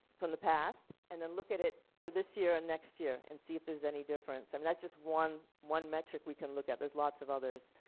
from the past and then look at it for this year and next year and see if there's any difference i mean that's just one one metric we can look at there's lots of others,